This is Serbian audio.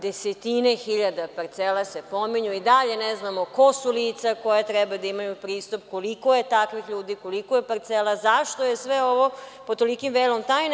Desetine hiljada parcela se pominju, a i dalje ne znamo ko su lica koja treba da imaju pristup, koliko je takvih ljudi, koliko je parcela, zašto je sve ovo pod tolikim velom tajne?